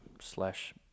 slash